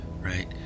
right